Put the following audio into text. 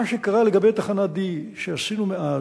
מה שקרה לגבי תחנהD שעשינו מאז,